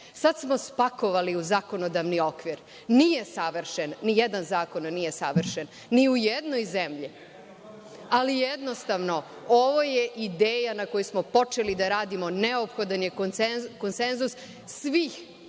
sada smo spakovali u zakonodavni okvir. Nije savršen, nijedan zakon nije savršen ni u jednoj zemlji, ali jednostavno ovo je ideja na kojoj smo počeli da radimo. Neophodan je konsenzus svih